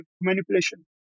manipulation